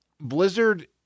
Blizzard